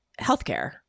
healthcare